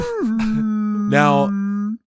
Now